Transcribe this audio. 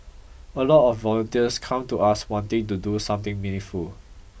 a lot of volunteers come to us wanting to do something meaningful